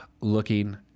looking